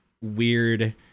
weird